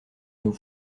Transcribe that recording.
nos